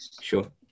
Sure